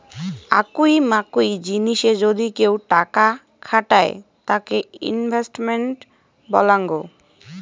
আকুই মাকুই জিনিসে যদি কেউ টাকা খাটায় তাকে ইনভেস্টমেন্ট বলাঙ্গ